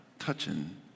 touching